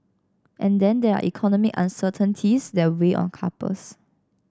and then there are economic uncertainties that weigh on couples